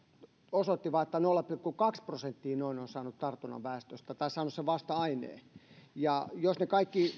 osoitti että vain noin nolla pilkku kaksi prosenttia väestöstä on saanut tartunnan tai saanut sen vasta aineen ja jos ne kaikki